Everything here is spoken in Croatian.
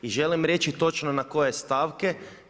I želim reći točno na koje stavke.